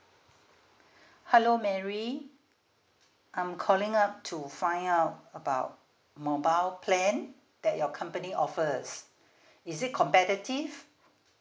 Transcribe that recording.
hello mary I'm calling up to find out about mobile plan that your company offers is it competitive